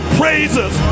praises